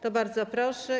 To bardzo proszę.